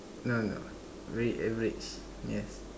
no no we average yes